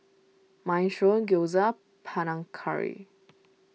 Minestrone Gyoza Panang Curry